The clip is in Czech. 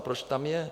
Proč tam je?